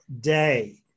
day